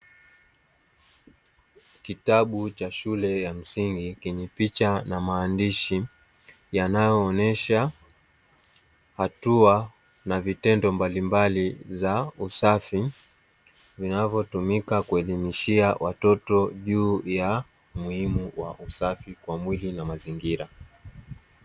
Kitabu cha shule ya msingi chenye picha na maandishi yanayoonyesha hatua na vitendo mbalimbali vya usafi, vinavyotumika kuelimishia watoto juu ya umuhimu wa usafi kwa mwili na mazingira.